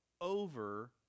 over